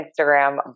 Instagram